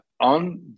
On